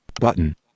Button